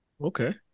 Okay